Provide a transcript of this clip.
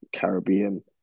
Caribbean